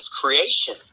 creation